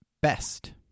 Best